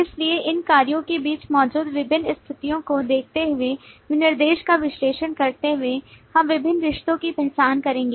इसलिए इन कार्यों के बीच मौजूद विभिन्न स्थितियों को देखते हुए विनिर्देश का विश्लेषण करते हुए हम विभिन्न रिश्तों की पहचान करेंगे